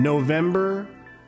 November